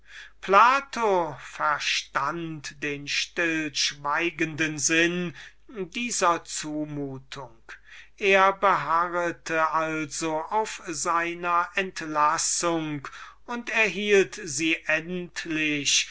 plato verstund den stillschweigenden sinn dieser zumutung er beharrete also auf seiner entlassung und erhielt sie endlich